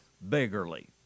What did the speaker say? beggarly